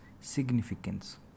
significance